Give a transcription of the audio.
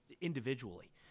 individually